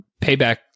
payback